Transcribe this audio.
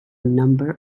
number